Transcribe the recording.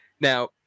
Now